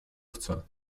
chce